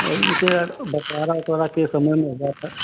वही जिसे अर दशहरा वशहरा के समय में हुआ था